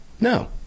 No